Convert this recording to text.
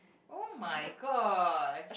oh-my-god